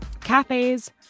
cafes